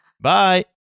Bye